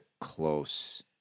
close